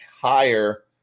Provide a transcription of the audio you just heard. higher